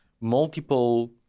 multiple